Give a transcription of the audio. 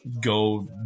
go